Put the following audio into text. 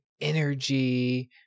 energy